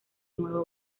nuevo